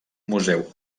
museu